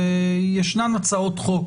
וישנן הצעות חוק